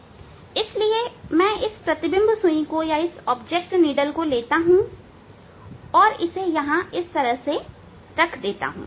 इसलिए मैं इस प्रतिबिंब सुई को लेता हूं और यहां रखता हूं